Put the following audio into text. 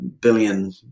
billion